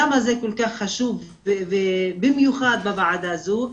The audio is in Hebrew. למה זה כל כך חשוב ובמיוחד בוועדה הזו?